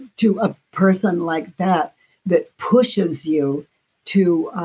to a person like that that pushes you to